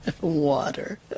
Water